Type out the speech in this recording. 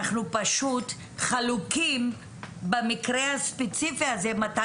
אנחנו פשוט חלוקים במקרה הספציפי הזה מתי